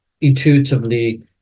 intuitively